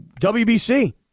WBC